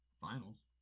finals